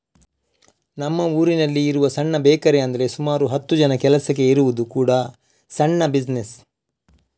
ನಮ್ಮ ಊರಿನಲ್ಲಿ ಇರುವ ಸಣ್ಣ ಬೇಕರಿ ಅಂದ್ರೆ ಸುಮಾರು ಹತ್ತು ಜನ ಕೆಲಸಕ್ಕೆ ಇರುವುದು ಕೂಡಾ ಸಣ್ಣ ಬಿಸಿನೆಸ್